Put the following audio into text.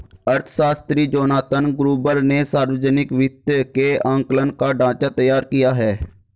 अर्थशास्त्री Jonathan Gruber ने सावर्जनिक वित्त के आंकलन का ढाँचा तैयार किया है